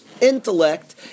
intellect